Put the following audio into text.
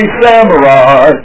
samurai